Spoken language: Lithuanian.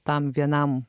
tam vienam